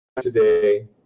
today